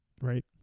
right